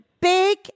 big